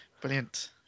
Brilliant